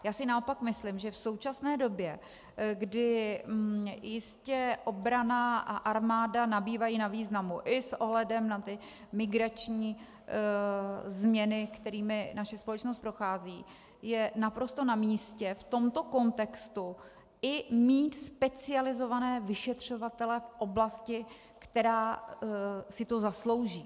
Já si naopak myslím, že v současné době, kdy jistě obrana a armáda nabývají na významu, i s ohledem na ty migrační změny, kterými naše společnost prochází, je naprosto namístě v tomto kontextu i mít specializované vyšetřovatele v oblasti, která si to zaslouží.